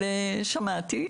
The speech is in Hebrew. אבל שמעתי,